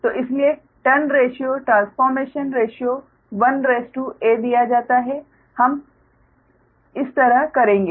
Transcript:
तो इसीलिए turn ratio transformation ratio 1 a दिया जाता है हम इस तरह करेंगे